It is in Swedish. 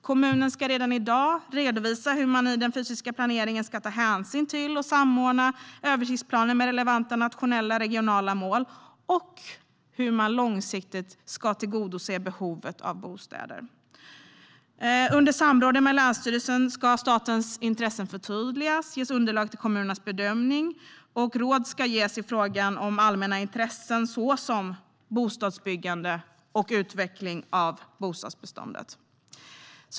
Kommunen ska i dag redovisa hur man i den fysiska planeringen ska ta hänsyn till och samordna översiktsplanen med relevanta nationella och regionala mål och hur man långsiktigt ska tillgodose behovet av bostäder. Under samråden med länsstyrelsen ska statens intressen förtydligas. Det ska ges underlag till kommunens bedömningar, och råd ska ges i fråga om allmänna intressen såsom bostadsbyggande och utveckling av bostadsbeståndet.